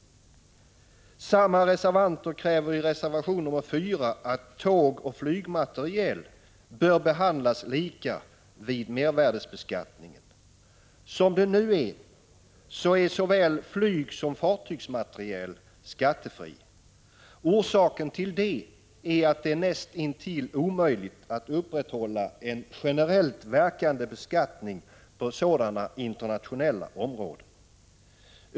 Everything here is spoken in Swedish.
Samma reservanter kräver i reservation nr 4 att tågoch flygmateriel bör behandlas lika vid mervärdebeskattningen. Som det är nu är såväl flygsom fartygsmateriel skattefri. Orsaken till det är att det är näst intill omöjligt att upprätthålla en generellt verkande beskattning på sådana internationella områden.